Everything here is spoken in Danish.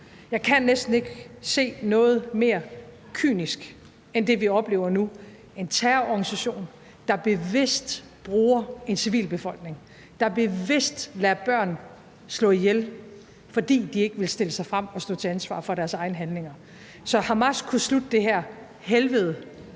Jeg kan næsten ikke se noget mere kynisk end det, vi oplever nu: en terrororganisation, der bevidst bruger en civilbefolkning og bevidst lader børn blive slået ihjel, fordi de ikke vil stille sig frem og stå til ansvar for deres egne handlinger. Så Hamas kunne slutte det her helvede